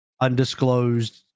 undisclosed